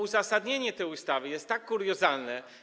Uzasadnienie tej ustawy jest kuriozalne.